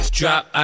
drop